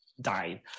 died